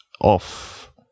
off